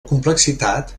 complexitat